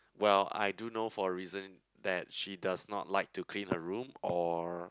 well I don't know for reason that she does not like to clean her room or